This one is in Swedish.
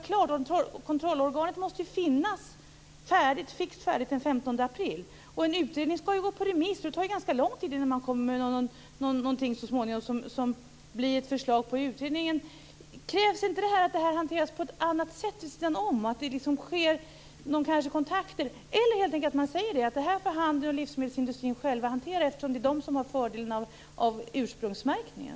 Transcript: Kontrollorganet måste finnas färdigt den 15 april. En utredning skall ju gå på remiss. Det tar ganska lång tid innan man kommer med något som blir ett förslag. Krävs det inte att det här hanteras på annat sätt och att det sker några kontakter eller att man helt enkelt säger att handeln och livsmedelsindustrin själva får hantera detta eftersom det är de som har fördelen av ursprungsmärkningen?